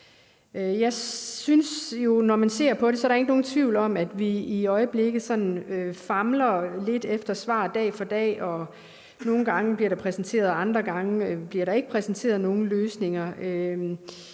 Som jeg ser det, er der ikke nogen tvivl om, at vi i øjeblikket famler os lidt frem dag for dag efter nogle svar, og nogle gange bliver der præsenteret og andre gange bliver der ikke præsenteret nogen løsninger.